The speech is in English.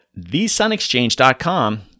thesunexchange.com